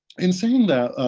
in saying that,